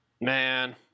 Man